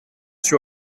sur